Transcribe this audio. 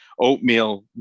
oatmeal